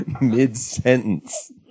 Mid-sentence